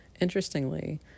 interestingly